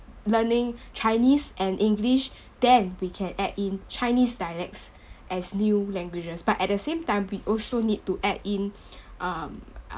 learning chinese and english then we can add in chinese dialects as new languages but at the same time we also need to add in um a~